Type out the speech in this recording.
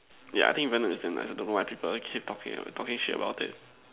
ya I think Venom is nice don't know why people keep talking talking shit about it